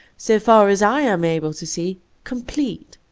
so far as i am able to see, complete.